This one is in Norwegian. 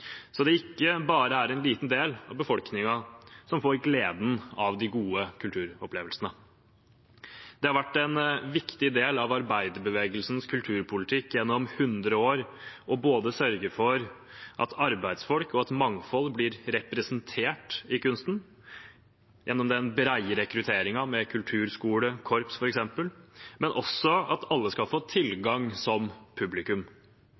så ikke bare en liten del av befolkningen får gleden av de gode kulturopplevelsene. Det har vært en viktig del av arbeiderbevegelsens kulturpolitikk gjennom hundre år å sørge for at både arbeidsfolk og et mangfold blir representert i kunsten gjennom den brede rekrutteringen med kulturskole og korps, f.eks., men også at alle skal få tilgang som publikum